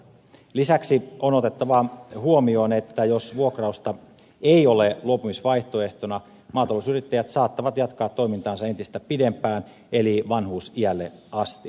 lisäksi on otettava huomioon että jos vuokrausta ei ole luopumisvaihtoehtona maatalousyrittäjät saattavat jatkaa toimintaansa entistä pidempään eli vanhuusiälle asti